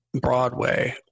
Broadway